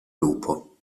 lupo